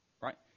Right